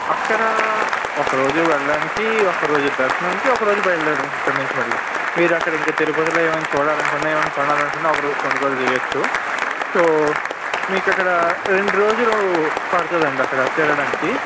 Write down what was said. అక్కడ ఒక రోజు వెళ్ళడానికి ఒక రోజు దర్శనానికి ఒక రోజు బయల్దేరడానికి అక్కడ నుంచి మళ్ళీ మీరు అక్కడ ఇంకా తిరుపతిలో ఏమైనా చూడాలి అనుకున్నా ఏమైనా కొనాలి అనుకున్నా ఒక రోజు కొనుగోలు చేయవచ్చు సో మీకు అక్కడ రెండు రోజులు పడుతుంది అండి అక్కడ తిరగడానికి